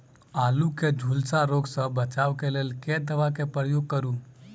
आलु केँ झुलसा रोग सऽ बचाब केँ लेल केँ दवा केँ प्रयोग करू?